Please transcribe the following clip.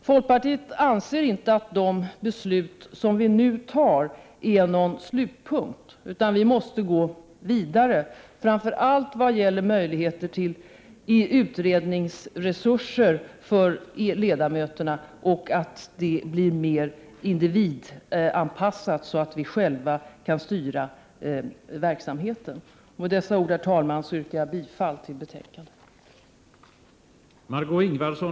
Folkpartiet anser inte att de beslut som vi nu fattar innebär en slutpunkt, utan vi måste gå vidare framför allt vad det gäller möjligheterna till utredningsresurser för ledamöterna och i fråga om att göra stödet mera individanpassat, så att vi själva kan styra vår verksamhet. Herr talman! Med dessa ord yrkar jag bifall till utskottets hemställan.